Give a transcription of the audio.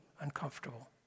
uncomfortable